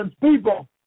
people